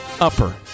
Upper